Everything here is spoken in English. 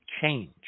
change